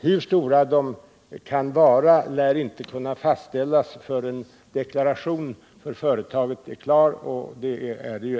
Hur stora de kan bli lär inte kunna fastställas förrän företagets deklaration är klar.